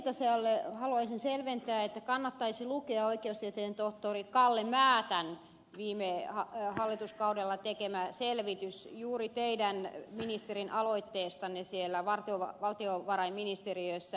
viitaselle haluaisin selventää että kannattaisi lukea oikeustieteen tohtori kalle määtän viime hallituskaudella tekemä selvitys joka on tehty juuri teidän ministerinne aloitteesta siellä valtiovarainministeriössä